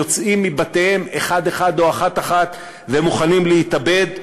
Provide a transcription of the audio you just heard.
יוצאים מבתיהם אחד-אחד או אחת-אחת והם מוכנים להתאבד,